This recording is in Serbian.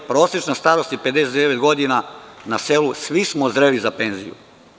Prosečna starost je 59 godina na selu, svi smo zreli za penziju.